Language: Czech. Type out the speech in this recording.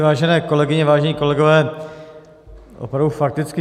Vážené kolegyně, vážení kolegové, opravdu fakticky.